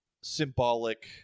symbolic